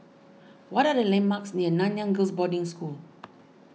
what are the landmarks near Nanyang Girls' Boarding School